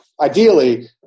Ideally